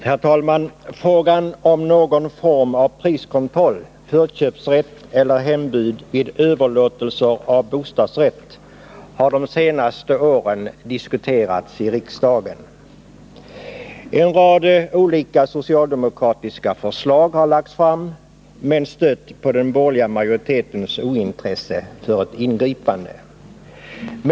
Herr talman! Frågan om någon form av priskontroll, förköpsrätt eller hembud vid överlåtelser av bostadsrätt har diskuterats i riksdagen under de senaste åren. En rad olika socialdemokratiska förslag har lagts fram, men stött på hinder genom den borgerliga majoritetens ointresse av ett ingripande.